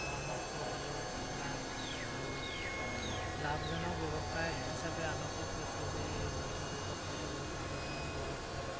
পৰামৰ্শ পালোঁ লাভ আৰু লাভজনক ব্যৱসায় হিচাপে আনকো কৈছোঁ যে এই ব্ৰইলাৰ ব্যৱসায়টো বহুত লাভজনক ব্যৱসায়